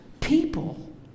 people